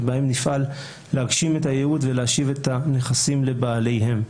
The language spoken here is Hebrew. שבהן נפעל להגשים את הייעוד ולהשיב את הנכסים לבעליהם.